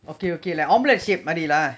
okay okay lah omelette shape மாரிலா:maarilaa